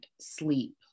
sleep